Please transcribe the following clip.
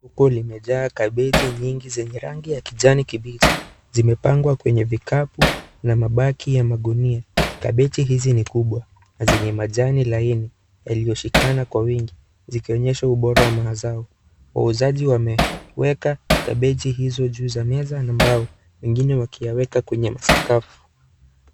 Huku limejaa kabeji nyingi zenye rangi ya kijani kibichi, zimepangwa kwenye vikapu na mabaki ya gunia, kabeji hizi ni kubwa na zenye majani laini iliyoshikana kwa wingi zikionyesha ubora wa mazao, wauzaji wameweka kabeji hizo juu ya meza na mbao mengine akiyaweka kwenye sakafu.